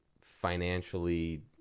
financially –